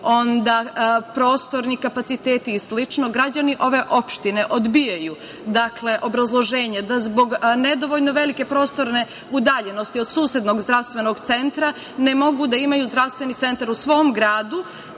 onda prostorni kapaciteti i slično, građani ove opštine odbijaju obrazloženje da zbog nedovoljno velike prostorne udaljenosti od susednog zdravstvenog centra ne mogu da imaju zdravstveni centar u svom gradu